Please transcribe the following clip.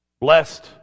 blessed